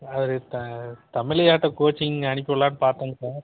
அது தமிழ் ஐயாட்ட கோச்சிங் அனுப்பி விட்லான்னு பார்த்தேங்க சார்